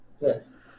yes